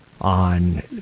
on